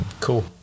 cool